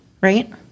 right